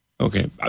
Okay